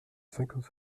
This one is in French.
cinquante